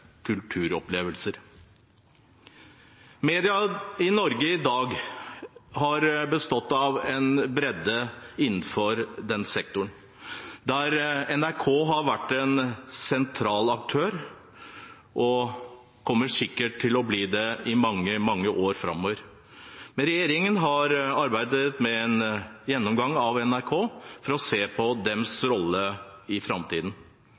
kulturopplevelser. Media i Norge i dag har bestått av en bredde innenfor sektoren, der NRK har vært en sentral aktør og sikkert kommer til å forbli det i mange, mange år framover. Men regjeringen har arbeidet med en gjennomgang av NRK for å se på deres rolle i framtiden.